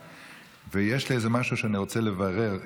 ויש לי משהו שאני רוצה לברר.